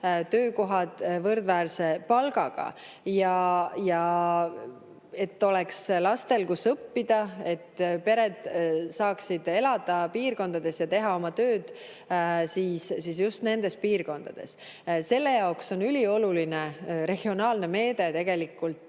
töökohad võrdväärse palgaga – ja see, et lastel oleks, kus õppida, et pered saaksid elada piirkondades ja teha oma tööd just nendes piirkondades. Selle jaoks on ülioluline regionaalne meede tegelikult